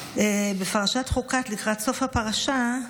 בפרשת חוקת, לקראת סוף הפרשה,